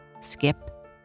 skip